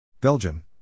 Belgium